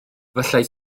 efallai